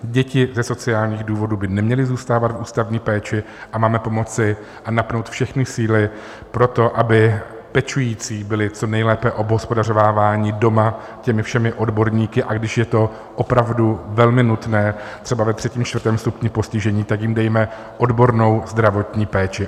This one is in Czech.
Děti ze sociálních důvodů by neměly zůstávat v ústavní péči a máme pomoci a napnout všechny síly pro to, aby pečující byli co nejlépe obhospodařováváni doma těmi všemi odborníky, a když je to opravdu velmi nutné, třeba ve třetím, čtvrtém stupni postižení, tak jim dejme odbornou zdravotní péči.